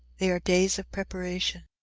they are days of preparation.